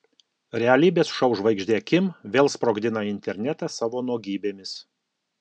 realybės šou žvaigždė kim vėl sprogdina internetą savo nuogybėmis